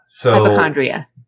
Hypochondria